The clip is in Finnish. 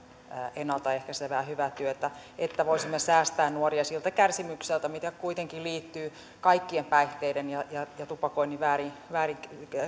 ennalta ehkäisevää hyvää työtä että voisimme säästää nuoria siltä kärsimykseltä mikä kuitenkin liittyy kaikkien päihteiden ja ja tupakoinnin väärin väärin